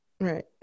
right